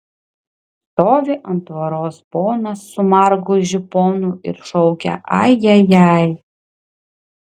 stovi ant tvoros ponas su margu žiponu ir šaukia ajajai